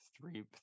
three